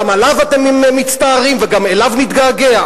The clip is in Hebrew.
גם עליו אתם מצטערים וגם אליו נתגעגע?